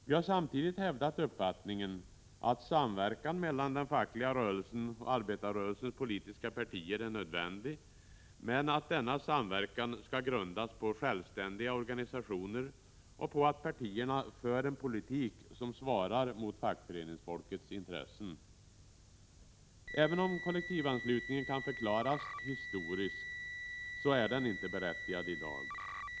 Vi har samtidigt hävdat uppfattningen att samverkan mellan den fackliga rörelsen och arbetarrörelsens politiska partier är nödvändig, men att denna samverkan skall grundas på självständiga organisationer och på att partierna för en politik som svarar mot fackföreningsfolkets intressen. Även om kollektivanslutningen kan förklaras historiskt, så är den inte berättigad i dag.